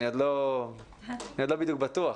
אני עוד לא בדיוק בטוח.